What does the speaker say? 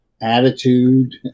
attitude